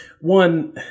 One